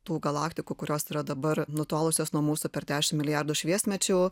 tų galaktikų kurios yra dabar nutolusios nuo mūsų per dešim milijardų šviesmečių